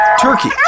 turkey